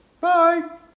Bye